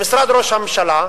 במשרד ראש הממשלה,